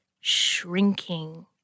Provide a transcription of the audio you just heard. shrinking